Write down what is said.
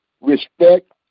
respect